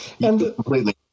Completely